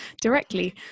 directly